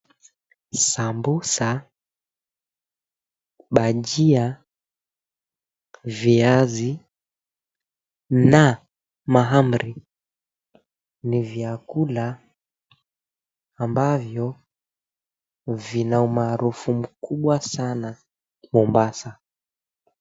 Sambusa, bajia, viazi na mahamri ni vyakula ambavyo vina umaarufu mkubwa sana Mombasa.